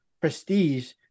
prestige